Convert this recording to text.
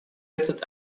этот